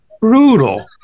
brutal